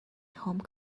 home